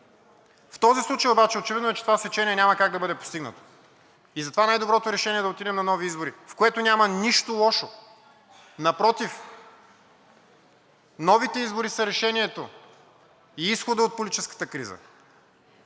В този случай обаче очевидно е, че това сечение няма как да бъде постигнато и затова най-доброто решение е да отидем на нови избори, в което няма нищо лошо. Напротив, новите избори са решението и изходът от политическата криза,